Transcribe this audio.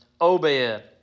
Obed